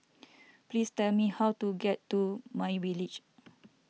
please tell me how to get to My Village